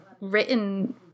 written